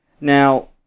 now